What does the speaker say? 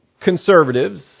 conservatives